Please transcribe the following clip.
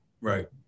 Right